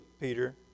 Peter